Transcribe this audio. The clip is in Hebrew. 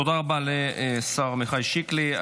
תודה רבה לשר עמיחי שיקלי.